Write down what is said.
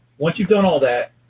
once you've done all that,